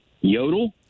yodel